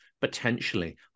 potentially